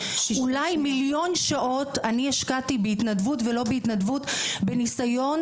שאולי מיליון שעות אני השקעתי בהתנדבות ולא בהתנדבות בניסיון,